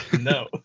No